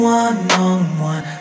one-on-one